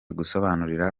gusobanurira